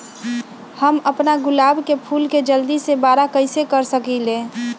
हम अपना गुलाब के फूल के जल्दी से बारा कईसे कर सकिंले?